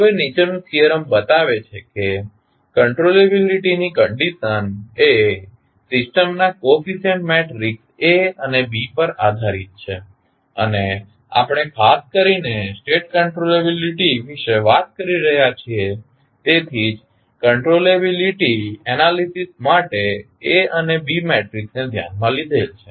હવે નીચેનો થીયરમ બતાવે છે કે કંટ્રોલેબીલીટીની કંડીશન એ સિસ્ટમના કોફીસીયન્ટ મેટ્રિકસ A અને B પર આધારિત છે અને આપણે ખાસ કરીને સ્ટેટ કંટ્રોલેબીલીટી વિશે વાત કરી રહ્યા છીએ તેથી જ કંટ્રોલેબીલીટી એનાલીસીસ માટે A અને B મેટ્રિકસને ધ્યાનમાં લીધેલ છે